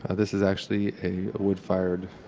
ah this is actually a wood-fired,